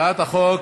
הצעת החוק